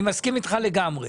אני מסכים איתך לגמרי,